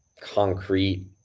concrete